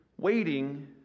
waiting